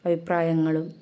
വന്നിട്ടുണ്ടെങ്കിലും